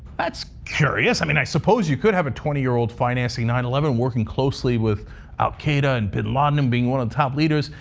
that's curious. i mean, i suppose you could have a twenty year old financing nine eleven, working closely with al qaeda and bin laden and being one of the top leaders.